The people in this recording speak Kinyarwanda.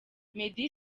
meddy